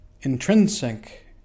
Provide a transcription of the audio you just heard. intrinsic